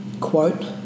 quote